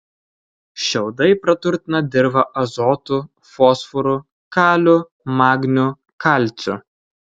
šiaudai praturtina dirvą azotu fosforu kaliu magniu kalciu